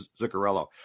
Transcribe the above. zuccarello